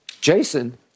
Jason